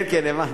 נכון, כן, הבנתי.